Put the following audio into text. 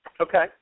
Okay